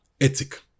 ethic